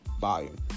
volume